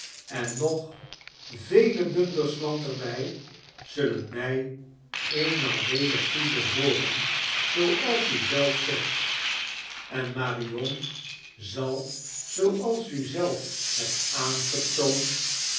en nog vele bunders land er bij zullen mij eenrnaal weder toebehooren zooals u zelf zegt an marion zal zooals u zelf hebt aangetoood